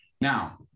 Now